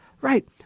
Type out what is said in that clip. right